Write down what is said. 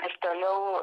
ir toliau